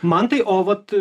man tai o vat